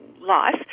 life